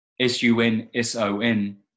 s-u-n-s-o-n